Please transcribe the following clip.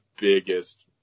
biggest